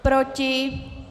Proti?